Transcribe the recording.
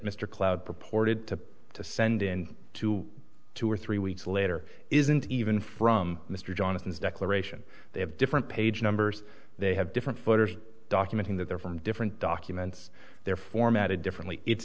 mr cloud purported to to send in to two or three weeks later isn't even from mr jonathan's declaration they have different page numbers they have different footers documenting that they're from different documents they're formatted differently it's